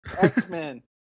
X-Men